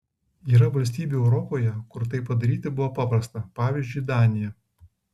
yra valstybių europoje kur tai padaryti buvo paprasta pavyzdžiui danija